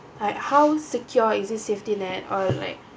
like how secure is your safety net or like